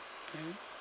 mmhmm